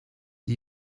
die